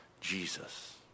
Jesus